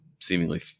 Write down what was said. seemingly